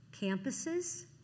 campuses